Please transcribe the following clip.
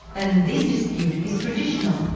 and this dispute is traditional,